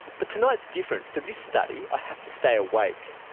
but tonight's different. for this study i have to stay awake.